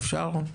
אפשר?